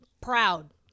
proud